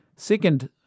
second